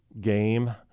game